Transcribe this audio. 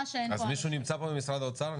שאין פה --- אז מישהו נמצא פה ממשרד האוצר,